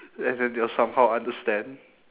and then they'll somehow understand